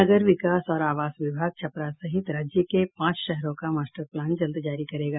नगर विकास और आवास विभाग छपरा सहित राज्य के पांच शहरों का मास्टर प्लान जल्द जारी करेगा